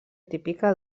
típica